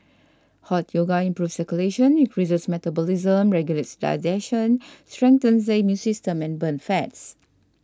Hot Yoga improves circulation increases metabolism regulates digestion strengthens the immune system and burns fats